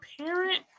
parent